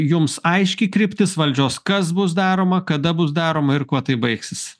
jums aiški kryptis valdžios kas bus daroma kada bus daroma ir kuo tai baigsis